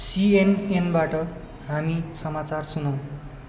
सिएनएनबाट हामी समाचार सुनौँ